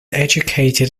educated